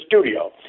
studio